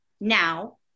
now